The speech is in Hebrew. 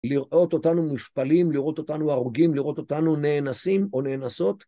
לראות אותנו מושפלים, לראות אותנו הרוגים, לראות אותנו נאנסים או נאנסות?